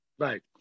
Right